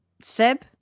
Seb